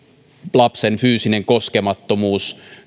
lapsen fyysinen koskemattomuus ja